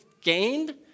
gained